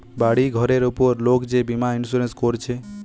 বাড়ি ঘরের উপর লোক যে বীমা ইন্সুরেন্স কোরছে